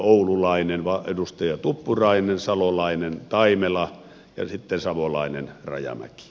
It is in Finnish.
oululainen edustaja tuppurainen salolainen taimela ja sitten savolainen rajamäki